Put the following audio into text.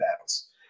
Battles